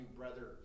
brother